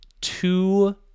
two